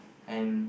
and